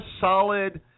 solid